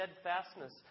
steadfastness